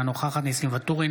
אינה נוכחת ניסים ואטורי,